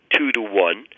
two-to-one